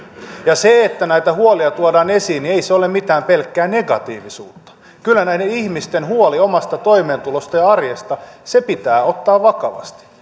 ja se että näitä huolia tuodaan esiin ei ole mitään pelkkää negatiivisuutta kyllä näiden ihmisten huoli omasta toimeentulosta ja arjesta pitää ottaa vakavasti